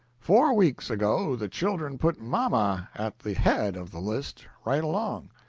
four weeks ago the children put mama at the head of the list right along,